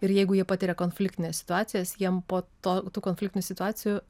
ir jeigu jie patiria konfliktines situacijas jiem po to tų konfliktinių situacijų